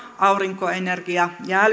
aurinko energia ja